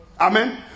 Amen